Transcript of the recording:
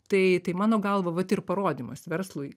tai tai mano galva vat ir parodymas verslui